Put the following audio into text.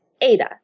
ADA